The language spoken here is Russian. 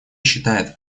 считает